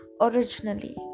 originally